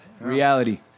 reality